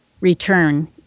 Return